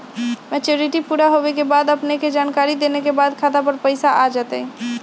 Maturity पुरा होवे के बाद अपने के जानकारी देने के बाद खाता पर पैसा आ जतई?